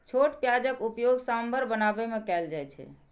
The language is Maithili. छोट प्याजक उपयोग सांभर बनाबै मे कैल जाइ छै